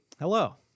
Hello